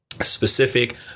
specific